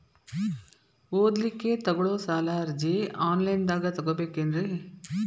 ಓದಲಿಕ್ಕೆ ತಗೊಳ್ಳೋ ಸಾಲದ ಅರ್ಜಿ ಆನ್ಲೈನ್ದಾಗ ತಗೊಬೇಕೇನ್ರಿ?